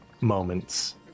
moments